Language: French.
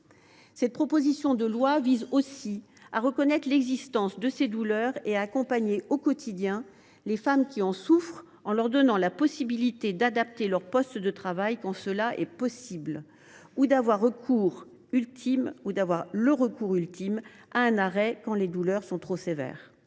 Cette proposition de loi vise aussi à reconnaître l’existence de ces douleurs et à accompagner au quotidien les femmes qui en souffrent, en leur permettant d’adapter leur poste de travail quand cela est possible ou d’obtenir, en recours ultime, un arrêt de travail quand les douleurs sont trop sévères.